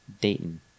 Dayton